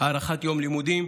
הארכות יום לימודים,